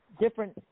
different